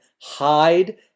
hide